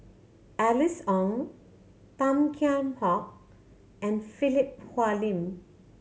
Alice Ong Tan Kheam Hock and Philip Hoalim